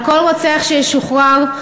על כל רוצח שישוחרר,